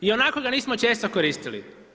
I onako ga nismo često koristili.